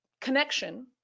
connection